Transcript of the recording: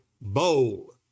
bowl